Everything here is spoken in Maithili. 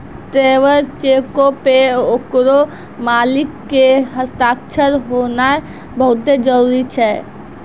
ट्रैवलर चेको पे ओकरो मालिक के हस्ताक्षर होनाय बहुते जरुरी छै